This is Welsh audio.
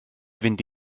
fynd